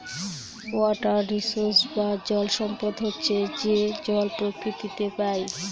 water resource বা জল সম্পদ হচ্ছে যে জল প্রকৃতিতে পাই